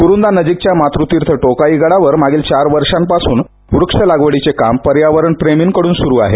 कुरुंदा नजीकच्या मातृतिर्थ टोकाई गडावर मागील चार वर्षापासून वृक्ष लागवडीचे काम पर्यावरणप्रेमींकडून सुरू आहे